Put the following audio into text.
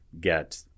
get